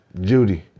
Judy